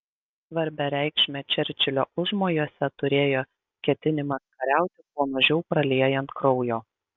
svarbią reikšmę čerčilio užmojuose turėjo ketinimas kariauti kuo mažiau praliejant kraujo